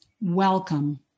Welcome